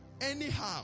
anyhow